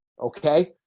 Okay